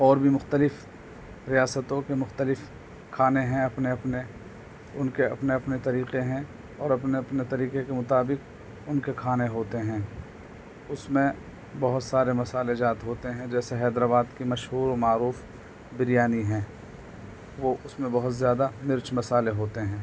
اور بھی مختلف ریاستوں کے مختلف کھانے ہیں اپنے اپنے ان کے اپنے اپنے طریقے ہیں اور اپنے اپنے طریقے کے مطابق ان کے کھانے ہوتے ہیں اس میں بہت سارے مصالحہ جات ہوتے ہیں جیسے حیدرآباد کی مشہور و معروف بریانی ہے وہ اس میں بہت زیادہ مرچ مصالحے ہوتے ہیں